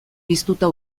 piztuta